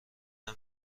نمی